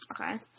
Okay